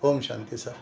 ओम शांती सर